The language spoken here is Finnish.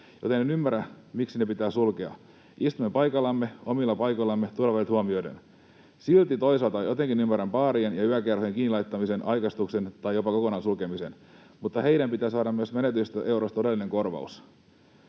joten en ymmärrä, miksi ne pitää sulkea. Istumme paikallamme, omilla paikoillamme, turvavälit huomioiden. Silti toisaalta jotenkin ymmärrän baarien ja yökerhojen kiinni laittamisen aikaistuksen tai jopa kokonaan sulkemisen, mutta heidän myös pitää saada menetetyistä euroista todellinen korvaus